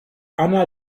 anna